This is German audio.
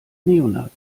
neonazis